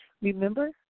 remember